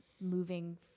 moving